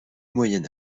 moyen